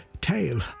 tail